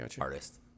artist